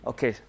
Okay